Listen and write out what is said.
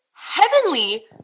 heavenly